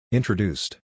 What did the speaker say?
Introduced